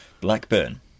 Blackburn